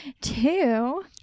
two